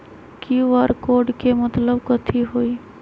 QR code के मतलब कथी होई?